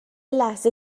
لحظه